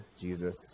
Jesus